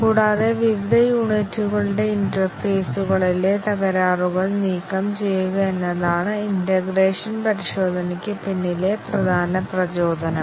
കൂടാതെ വിവിധ യൂണിറ്റുകളുടെ ഇന്റർഫേസുകളിലെ തകരാറുകൾ നീക്കം ചെയ്യുക എന്നതാണ് ഇന്റേഗ്രേഷൻ പരിശോധനയ്ക്ക് പിന്നിലെ പ്രധാന പ്രചോദനം